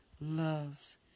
loves